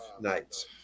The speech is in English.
nights